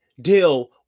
deal